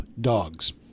dogs